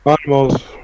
Animals